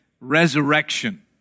resurrection